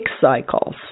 cycles